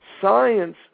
science